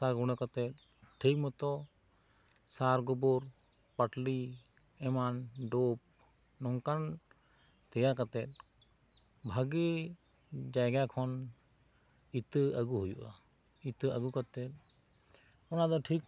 ᱦᱟᱸᱥᱟ ᱜᱩᱱᱰᱟᱹ ᱠᱟᱛᱮᱫ ᱴᱷᱤᱠ ᱢᱚᱛᱚ ᱥᱟᱨ ᱜᱟᱹᱵᱟᱹᱨ ᱯᱟᱴᱞᱤ ᱮᱢᱟᱱ ᱰᱟᱹᱯ ᱱᱚᱝᱠᱟᱱ ᱛᱮᱭᱟ ᱠᱟᱛᱮᱫ ᱵᱷᱟᱜᱮ ᱡᱟᱭᱜᱟ ᱠᱷᱚᱱ ᱤᱛᱟᱹ ᱟᱜᱩ ᱦᱩᱭᱩᱜᱼᱟ ᱤᱛᱟᱹ ᱟᱜᱩ ᱠᱟᱛᱮᱫ ᱚᱱᱟᱫᱚ ᱴᱷᱤᱠ